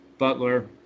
Butler